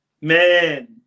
man